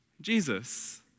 Jesus